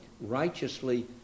Righteously